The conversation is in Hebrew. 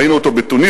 ראינו אותו בתוניסיה,